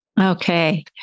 Okay